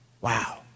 Wow